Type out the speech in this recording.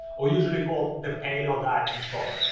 or usually called the paleo diet in short.